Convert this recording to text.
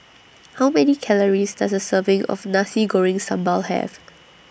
How Many Calories Does A Serving of Nasi Goreng Sambal Have